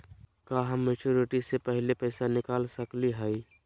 का हम मैच्योरिटी से पहले पैसा निकाल सकली हई?